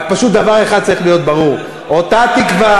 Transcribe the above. רק פשוט דבר אחד צריך להיות ברור: אותה תקווה